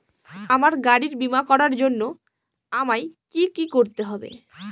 আমার গাড়ির বীমা করার জন্য আমায় কি কী করতে হবে?